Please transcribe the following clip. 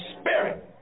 spirit